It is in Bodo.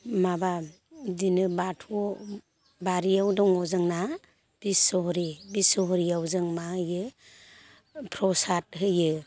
माबा बिदिनो बाथ' बारियाव दङ जोंना बिस' हरि बिस' हरिआव जों मा होयो प्रसाद होयो